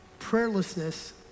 Prayerlessness